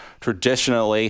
traditionally